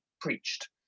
preached